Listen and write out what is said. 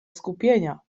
skupienia